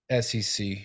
SEC